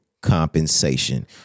compensation